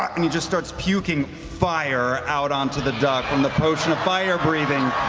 and he just starts puking fire out onto the duck from the potion of fire breathing